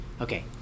Okay